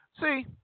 See